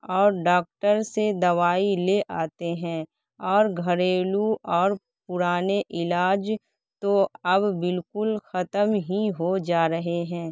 اور ڈاکٹر سے دوائی لے آتے ہیں اور گھریلو اور پرانے علاج تو اب بالکل ختم ہی ہو جا رہے ہیں